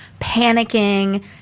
panicking